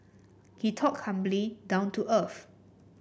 he talked humbly down to earth